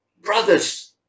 Brothers